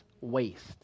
waste